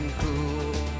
cool